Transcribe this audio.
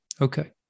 Okay